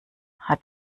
hat